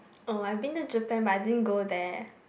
oh I been to Japan but I didn't go there